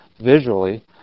visually